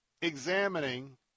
examining